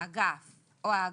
או "האגף",